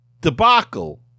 debacle